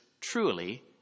truly